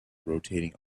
rotating